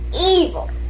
evil